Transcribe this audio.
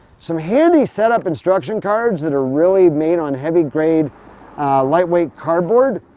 some handy setup instruction cards that are really made on heavy grade lightweight cardboard.